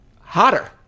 hotter